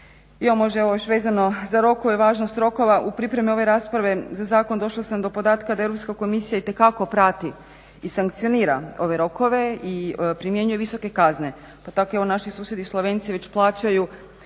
možda još vezano za rokove, važnost rokova u pripremi ove rasprave za zakon došla sam do podatka da Europska komisija itekako prati i sankcionira ove rokove i primjenjuje visoke kazne pa tako evo naši susjedi Slovenci već plaćaju